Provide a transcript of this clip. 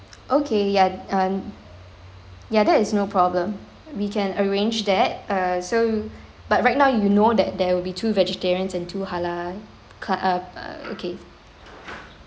okay ya and ya that is no problem we can arrange that uh so but right now you know that there will be two vegetarians and two halal ca~ ah okay